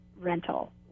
rental